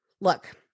look